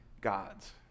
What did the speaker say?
God's